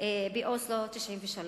זה באוסלו ב-1993,